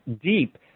deep